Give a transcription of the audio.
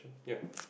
ya